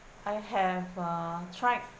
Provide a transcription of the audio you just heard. I have uh track